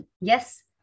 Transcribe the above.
Yes